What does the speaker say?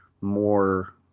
more